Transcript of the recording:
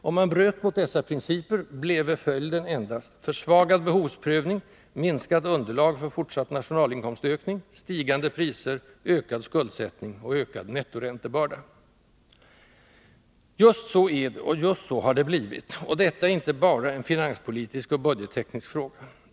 Om man bröt mot dessa principer, bleve följden endast försvagad behovsprövning, minskat underlag för fortsatt nationalinkomstökning, stigande priser, ökad skuldsättning och ökad nettoräntebörda. Just så är det och just så har det blivit, och detta är inte bara en finanspolitisk eller budgetteknisk fråga.